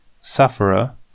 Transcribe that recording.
Sufferer